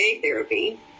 therapy